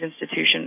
Institution